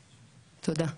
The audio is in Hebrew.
תודה.